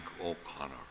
O'Connor